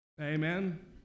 Amen